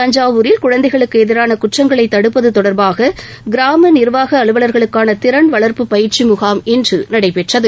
தஞ்சாவூரில் குழந்தைகளுக்கு எதிரான குற்றங்களை தடுப்பது தொடர்பாக கிராம நிர்வாக அலுவலர்களுக்கான திறன் வளர்ப்பு பயிற்சி முகாம் இன்று நடைபெற்றது